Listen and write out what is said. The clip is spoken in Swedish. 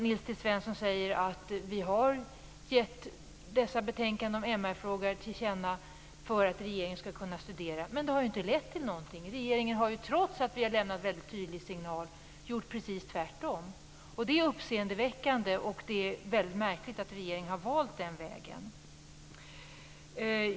Nils T Svensson säger att vi har givit betänkandena om MR-frågor till känna för att regeringen skall kunna studera dem, men det har ju inte lett till något. Regeringen har ju, trots att vi har givit väldigt tydliga signaler, gjort precis tvärtom. Det är uppseendeväckande och väldigt märkligt att regeringen har valt den vägen.